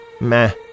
Meh